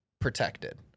protected